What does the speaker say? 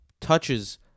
touches